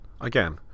again